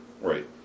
Right